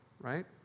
right